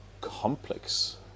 complex